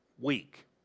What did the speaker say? week